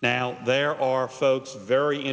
now there are folks very